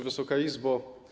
Wysoka Izbo!